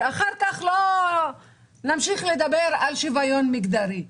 שאחר כך לא נמשיך לדבר על שוויון מגדרי.